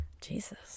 Jesus